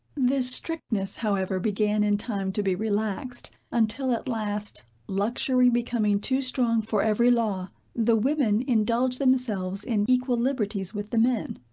this strictness, however, began in time to be relaxed until at last, luxury becoming too strong for every law, the women indulged themselves in equal liberties with the men.